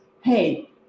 Hey